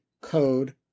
code